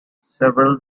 several